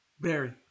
Barry